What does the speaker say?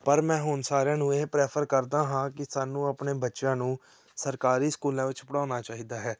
ਪਰ ਮੈਂ ਹੁਣ ਸਾਰਿਆਂ ਨੂੰ ਇਹ ਪ੍ਰੈਫਰ ਕਰਦਾ ਹਾਂ ਕਿ ਸਾਨੂੰ ਆਪਣੇ ਬੱਚਿਆਂ ਨੂੰ ਸਰਕਾਰੀ ਸਕੂਲਾਂ ਵਿੱਚ ਪੜ੍ਹਾਉਣਾ ਚਾਹੀਦਾ ਹੈ